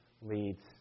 leads